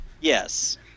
Yes